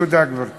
תודה, גברתי.